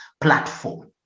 platform